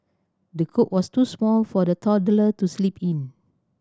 the cot was too small for the toddler to sleep in